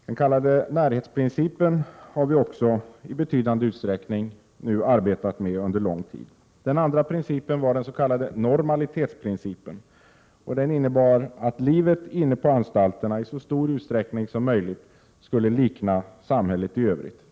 Vi har nu under lång tid arbetat med tillämpning av närhetsprincipen. Den andra principen var den s.k. normalitetsprincipen, som innebär att livet inne på anstalterna i så stor utsträckning som möjligt skall likna samhället i övrigt.